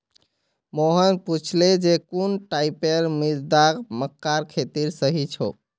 मोहन पूछले जे कुन टाइपेर मृदा मक्कार खेतीर सही छोक?